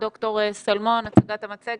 ד"ר שלמון, בבקשה, תציג לנו את המצגת.